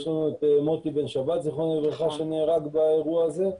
מוטי בן שבת ז"ל נהרג באירוע הזה.